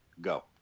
Go